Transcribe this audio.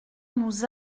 nous